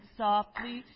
softly